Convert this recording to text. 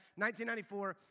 1994